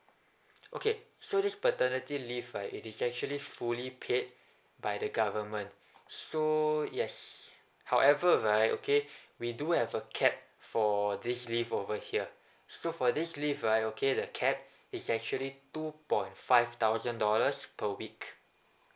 okay so this paternity leave right it is actually fully paid by the government so yes however right okay we do have a cap for this leave over here so for this leave right okay the cap is actually two point five thousand dollars per week